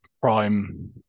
Prime